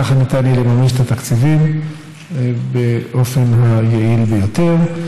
כך ניתן יהיה לממש את התקציבים באופן היעיל ביותר.